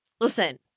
Listen